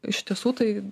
iš tiesų tai